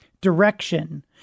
direction